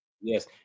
Yes